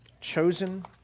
Chosen